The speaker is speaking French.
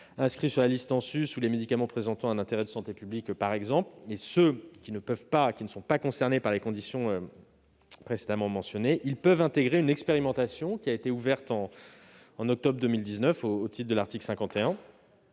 inscrit sur la liste en sus ou les médicaments présentant un intérêt de santé publique, par exemple. Ceux qui ne sont pas concernés par les conditions précédemment mentionnées peuvent intégrer une expérimentation ouverte en octobre 2019 au titre de l'article 51.